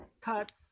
cuts